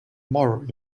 more